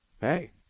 Hey